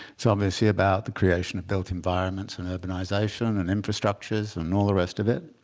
it's obviously about the creation of built environments and urbanization and infrastructures and all the rest of it.